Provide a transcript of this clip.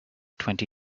twenty